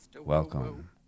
Welcome